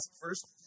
First